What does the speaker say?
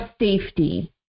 safety